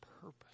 purpose